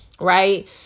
right